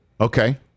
Okay